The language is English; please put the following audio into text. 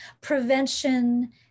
Prevention